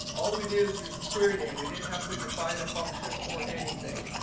all we did is use a query name. we didn't have to define a function or anything.